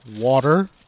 water